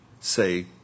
say